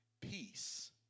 peace